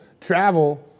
travel